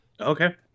Okay